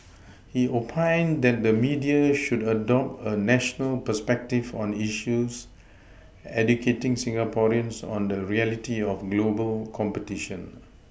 he oPined that the media should adopt a national perspective on issues educating Singaporeans on the reality of global competition